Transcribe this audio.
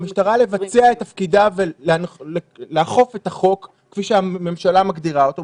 מאפשרים למשטרה לבצע את תפקידה ולאכוף את הסגר כפי שהממשלה מגדירה אותו,